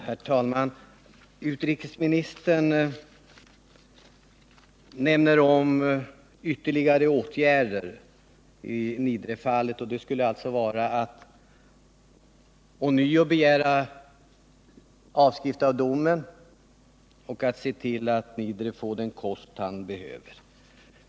Herr talman! Utrikesministern menar att de åtgärder som nu bör vidtagas i Niedrefallet är att ånyo begära avskrift av domen och att se till att Niedre får den kost han behöver.